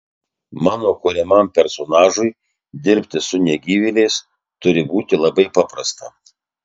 mano kuriamam personažui dirbti su negyvėliais turi būti labai paprasta